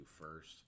first